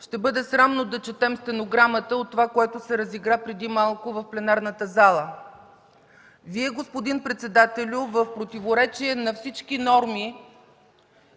Ще бъде срамно да четем стенограмата от това, което се разигра преди малко в пленарната зала. Вие, господин председателю, в противоречие на всички норми